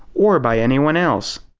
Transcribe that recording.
or by anyone else.